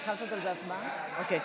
ולכן,